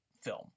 film